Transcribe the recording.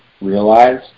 realize